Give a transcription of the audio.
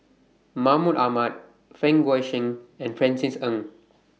Mahmud Ahmad Fang Guixiang and Francis Ng